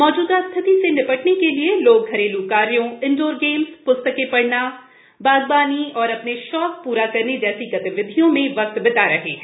मौजूदा स्थिति से निपटने के लिए लोग घरेलू कार्यों इंडोर गेम्स प्स्तर्के पढ़ने बागबानी और अपने शोक प्रा करने जैसी गतिविधियों में वक्त बिता रहे हैं